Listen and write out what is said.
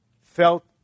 felt